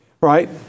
right